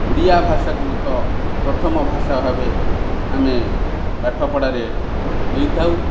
ଓଡ଼ିଆ ଭାଷାକୁ ଏକ ପ୍ରଥମ ଭାଷା ଭାବେ ଆମେ ପାଠପଢ଼ାରେ ନେଇଥାଉ